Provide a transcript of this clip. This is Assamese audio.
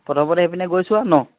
প্ৰথমতে সেই পিনে গৈ চোৱা ন